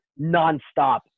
nonstop